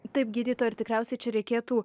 taip gydytoja ar tikriausiai čia reikėtų